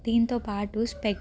దీంతో పాటు స్పెక్స్